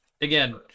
again